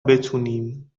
بتونیم